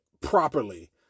properly